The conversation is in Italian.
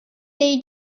dei